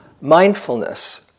mindfulness